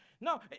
No